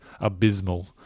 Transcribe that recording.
abysmal